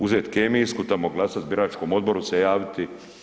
Uzet kemijsku, tamo glasat, biračkom odboru se javiti.